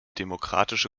demokratische